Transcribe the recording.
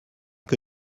que